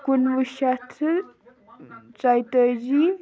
کُنہٕ وُہ شیٚتھ تہٕ ژۄیِہ تٲجی